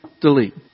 delete